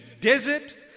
desert